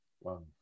Wow